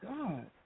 God